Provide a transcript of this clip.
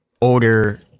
older